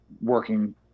working